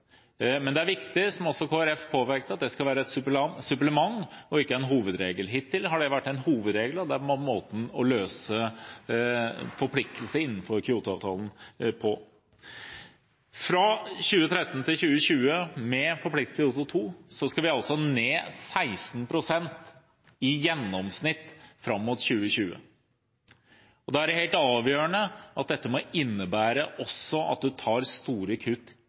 Men det er viktig – som også representanten fra Kristelig Folkeparti påpekte – at dette skal være et supplement og ikke en hovedregel. Hittil har det vært hovedregelen og måten å løse forpliktelser innenfor Kyoto-avtalen på. Fra 2013 til 2020 skal utslippene i gjennomsnitt – etter forpliktelsene i Kyoto 2-avtalen – ned 16 pst. fram mot 2020. Her er det helt avgjørende at dette må innebære at man også tar store kutt